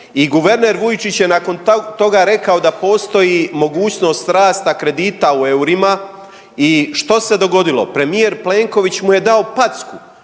i guverner Vujčić je nakon toga rekao da postoji mogućnost rasta kredita u EUR-ima i što se dogodilo, premijer Plenković mu je dao packu